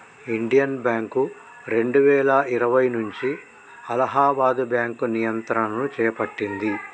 Indian bank రెండువేల ఇరవై నుంచి అలహాబాద్ బ్యాంకు నియంత్రణను చేపట్టింది